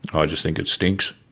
i just think it stinks.